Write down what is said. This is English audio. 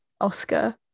Oscar